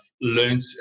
learned